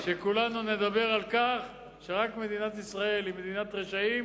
לא יכול להיות מצב שכולנו נדבר על כך שרק מדינת ישראל היא מדינת רשעים